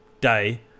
day